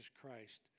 Christ